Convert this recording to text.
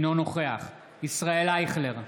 אינו נוכח ישראל אייכלר,